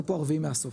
אנחנו פה הרביעי מהסוף,